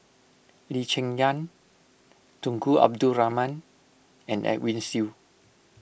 Lee Cheng Yan Tunku Abdul Rahman and Edwin Siew